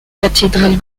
cathédrale